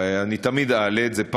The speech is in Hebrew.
אני תמיד אעלה את זה,